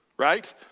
right